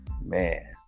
Man